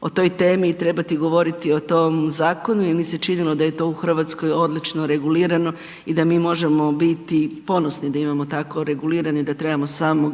o toj temi i trebati govoriti o tom zakonu jer mi se činilo da je to u Hrvatskoj odlično regulirano i da mi možemo biti ponosni da imamo tako regulirano i da trebamo ga samo